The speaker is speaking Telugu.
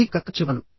మీకు ఒక కథ చెబుతాను